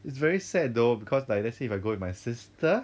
it's very sad though because like let's say if I go with my sister